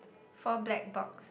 four black box